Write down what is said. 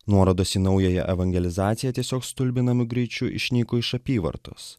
nuorodos į naująją evangelizaciją tiesiog stulbinamu greičiu išnyko iš apyvartos